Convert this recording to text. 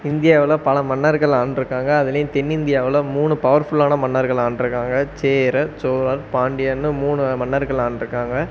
இந்தியாவில் பல மன்னர்கள் ஆண்டிருக்காங்க அதுலேயும் தென்னிந்தியாவில் மூணு பவர்ஃபுல்லான மன்னர்கள் ஆண்டிருக்காங்க சேரர் சோழர் பாண்டியன்னு மூணு மன்னர்கள் ஆண்டிருக்காங்க